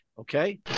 okay